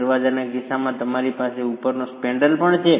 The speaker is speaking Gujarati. દરવાજાના કિસ્સામાં તમારી પાસે ઉપરનો સ્પેન્ડ્રેલ પણ છે